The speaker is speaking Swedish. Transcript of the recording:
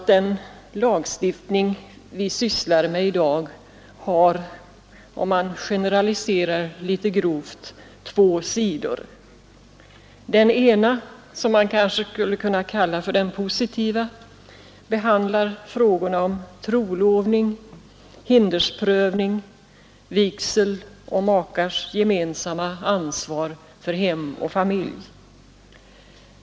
Den lagstiftning vi sysslar med i dag har — om man generaliserar litet grovt — två sidor. Den ena som man kanske skulle kunna kalla den positiva — behandlar frågorna om trolovning, hindersprövning, vigsel och makars gemensamma ansvar för hem och familj.